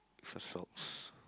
fur socks